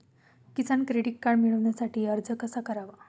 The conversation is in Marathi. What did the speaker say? किसान क्रेडिट कार्ड मिळवण्यासाठी अर्ज कसा करावा?